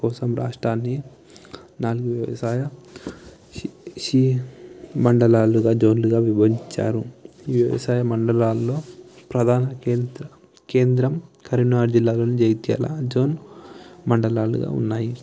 కోసం రాష్ట్రాన్ని నాలుగు వ్యవసాయ ష్ షీర్ మండలాలుగా జోన్లుగా విభజించారు ఈ వ్యవసాయ మండలాలలో ప్రధాన కేం కేంద్రం కరీంనగర్ జిల్లాలోని జగిత్యాల జోన్ మండలాలుగా ఉన్నాయి